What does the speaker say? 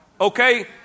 Okay